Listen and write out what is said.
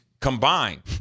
combined